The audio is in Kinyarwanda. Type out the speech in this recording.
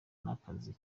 n’akazi